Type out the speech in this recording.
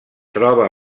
troba